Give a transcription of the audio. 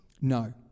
No